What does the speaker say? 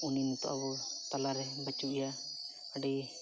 ᱩᱱᱤ ᱱᱤᱛᱚᱜ ᱟᱵᱚ ᱛᱟᱞᱟᱨᱮ ᱵᱟᱪᱩᱜ ᱮᱭᱟ ᱟᱹᱰᱤ